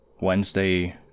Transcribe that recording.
Wednesday